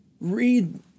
Read